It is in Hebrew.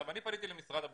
אני פניתי למשרד הבריאות,